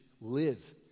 live